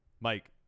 Mike